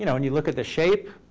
you know when you look at the shape,